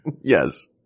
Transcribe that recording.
Yes